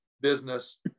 business